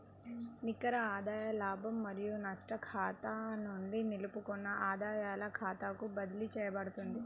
నికర ఆదాయ లాభం మరియు నష్టం ఖాతా నుండి నిలుపుకున్న ఆదాయాల ఖాతాకు బదిలీ చేయబడుతుంది